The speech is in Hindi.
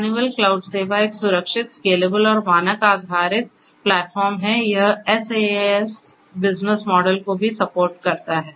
हनीवेल क्लाउड सेवा एक सुरक्षित स्केलेबल और मानक आधारित प्लेटफॉर्म है यह SaaS बिजनेस मॉडल को भी सपोर्ट करता है